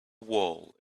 wool